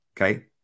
Okay